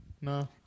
No